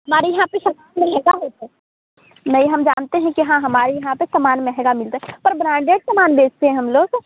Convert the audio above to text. हमारे यहाँ पर ऐसा कुछ है नहीं हम जानते हैं कि हाँ हमारे यहाँ पर समान महंगा मिलता है पर ब्रांडेड समान बेचते हैं हम लोग